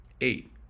eight